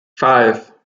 five